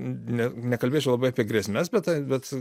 net nekalbėsiu labai apie grėsmes bet tai bet